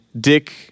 Dick